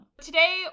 Today